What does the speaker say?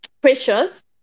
precious